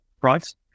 price